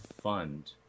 fund